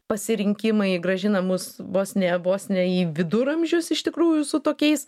pasirinkimai grąžina mus vos ne vos ne į viduramžius iš tikrųjų su tokiais